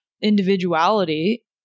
individuality